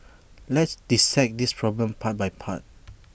let's dissect this problem part by part